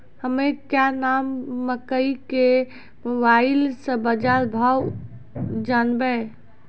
हमें क्या नाम मकई के मोबाइल से बाजार भाव जनवे?